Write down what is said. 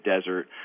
desert